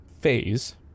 phase